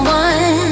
one